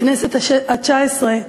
הכנסת התשע-עשרה,